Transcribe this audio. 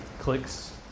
clicks